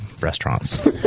restaurants